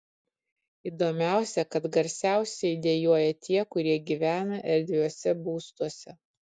įdomiausia kad garsiausiai dejuoja tie kurie gyvena erdviuose būstuose